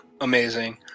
Amazing